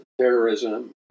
terrorism